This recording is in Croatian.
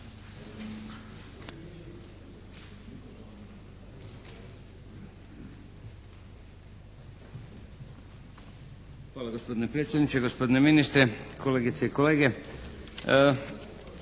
lijepa gospodine predsjedniče. Gospodine ministre, kolegice i kolege.